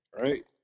right